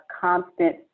constant